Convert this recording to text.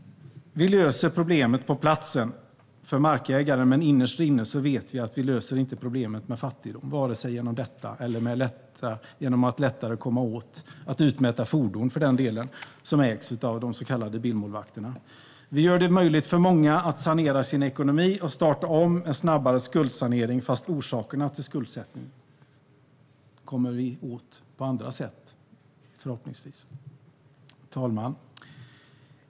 Vi löser problemet på platsen för markägaren, men innerst inne vet vi att vi inte löser problemet med fattigdom, vare sig genom detta eller för den delen genom att lättare kunna utmäta fordon som ägs av de så kallade bilmålvakterna. Vi gör det möjligt för många att sanera sin ekonomi och starta om med snabbare skuldsanering, fast orsakerna till skuldsättning kommer vi åt på andra sätt, förhoppningsvis. Herr talman!